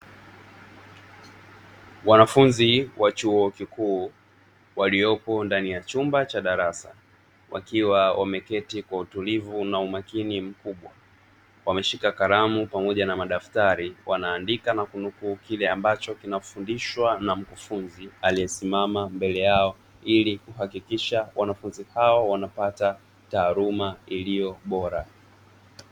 Wanafunzi wa chuo kikuu waliopo ndani ya chumba cha darasa wakiwa wameketi kwa utulivu na umakini mkubwa, wameshika kalamu pamoja na madaftari wanaandika na kunukuu kile ambacho kinafundishwa na mkufunzi aliyesimama mbele yao ili kuhakikisha wanafunzi hao wanapata taaluma iliyo bora.